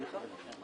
סליחה.